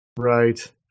Right